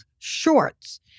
Shorts